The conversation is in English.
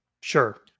Sure